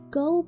go